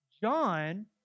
John